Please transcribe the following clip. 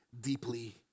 deeply